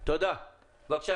בבקשה,